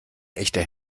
echter